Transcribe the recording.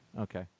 Okay